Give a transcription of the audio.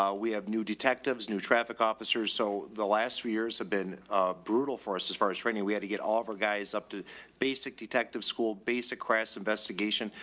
um we have new detectives, new traffic officers. so the last few years have been brutal for us as far as training. we had to get off our guys up to basic detective school. basic crass investigation.